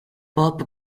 pop